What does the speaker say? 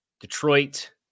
Detroit